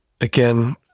again